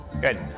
Good